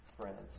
friends